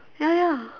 ya ya